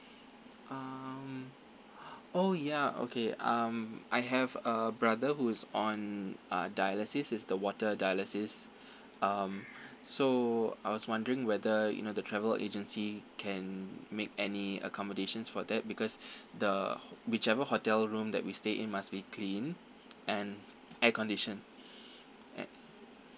um oh ya okay um I have a brother who's on uh dialysis it's the water dialysis um so I was wondering whether you know the travel agency can make any accommodations for that because the whichever hotel room that we stay in must be clean and air conditioned air